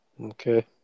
Okay